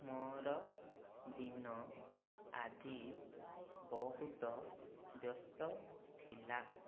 ମୋ'ର ଦିନ ଆଜି ବହୁତ ବ୍ୟସ୍ତ ଥିଲା